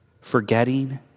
Forgetting